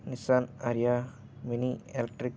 Nissan Ariya mini electric